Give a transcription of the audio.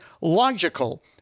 logical